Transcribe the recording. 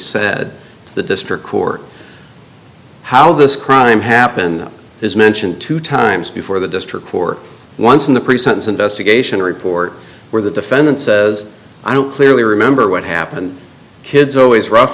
to the district court how this crime happened is mentioned two times before the district for once in the pre sentence investigation report where the defendant says i don't clearly remember what happened kid's always rough